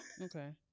Okay